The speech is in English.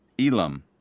Elam